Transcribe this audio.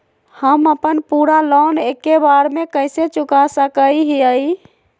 हम अपन पूरा लोन एके बार में कैसे चुका सकई हियई?